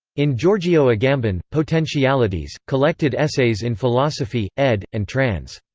in giorgio agamben, potentialities collected essays in philosophy, ed. and trans.